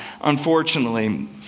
unfortunately